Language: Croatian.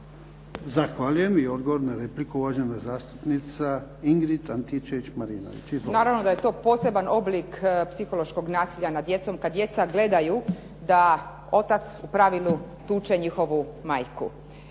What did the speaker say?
Zahvaljujem i odgovor na repliku uvažena zastupnica Ingrid Antičević-Marinović.